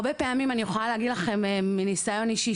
הרבה פעמים אני יכולה להגיד לכם מנסיון אישי